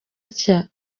atya